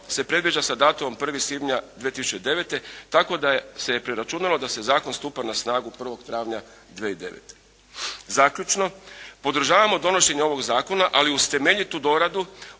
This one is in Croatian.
se predviđa sa datumom 1. svibnja 2009. tako da se preračunalo da zakon stupa na snagu 1. travnja 2009. Zaključno, podržavamo donošenje ovo zakona ali uz temeljitu doradu,